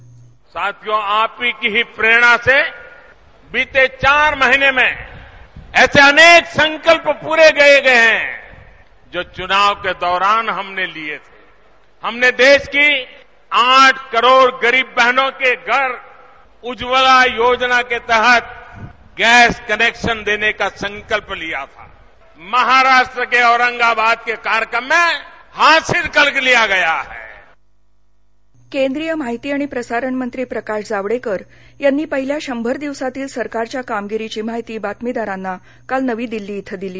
आज जो आपही की प्रेरणासे बीते चार महिनेमें एसे अनेक संकल्प पुरे किए गए हैं जो चुनाव के दौरान हमने लिए थे हमने देश की आठ करोड गरिब बहनों के घर उज्वला योजना के तहत गस्त कनेक्शन देने का संकल्प लिया था महाराष्ट्र के औरंगाबाद के कार्यक्रम मे हासिल कर लिया गया हैं जावडेकर शंभर दिवस केंद्रीय माहिती आणि प्रसारण मंत्री प्रकाश जावडेकर यांनी पहिल्या शंभर दिवसातील सरकारच्या कामगिरीची माहिती बातमीदारांना काल नवी दिल्ली इथं दिली